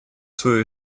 свою